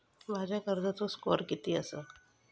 माझ्या कर्जाचो स्कोअर किती आसा?